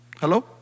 Hello